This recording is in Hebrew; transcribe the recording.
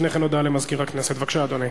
הודעה לסגן מזכירת הכנסת, בבקשה, אדוני.